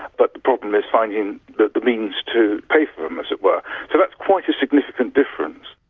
but the problem is finding the means to pay for them, as it were. so that's quite a significant difference.